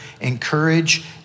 encourage